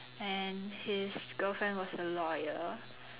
and his girlfriend was a lawyer